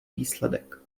výsledek